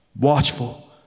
watchful